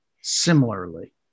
similarly